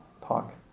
talk